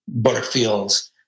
Butterfields